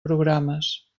programes